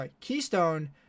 Keystone